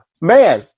man